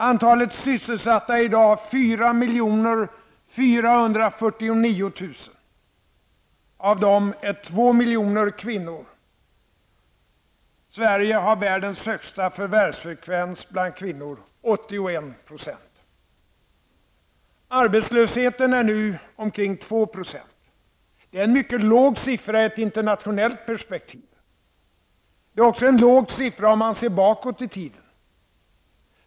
Antalet sysselsatta är i dag 4 449 000, och av dem är Arbetslösheten är nu omkring 2 %. Det är en mycket låg siffra i ett internationellt perspektiv. Det är också en låg siffra, om man ser bakåt i tiden.